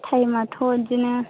टाइमआथ' बिदिनो